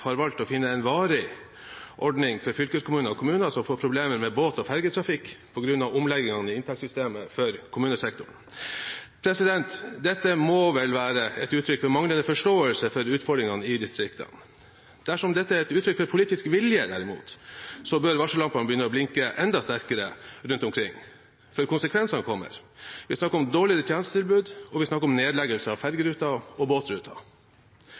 har valgt å finne en varig ordning for fylkeskommuner og kommuner som får problemer med båt og fergetrafikk på grunn av omleggingene i inntektssystemet for kommunesektoren. Dette må vel være et uttrykk for manglende forståelse for utfordringene i distriktene. Dersom dette er et uttrykk for politisk vilje derimot, bør varsellampene begynne å blinke enda sterkere rundt omkring, for konsekvensene kommer. Vi snakker om dårligere tjenestetilbud, og vi snakker om nedleggelse av fergeruter og båtruter.